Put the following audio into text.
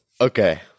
Okay